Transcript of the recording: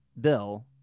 bill